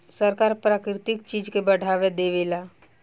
सरकार प्राकृतिक चीज के बढ़ावा देवेला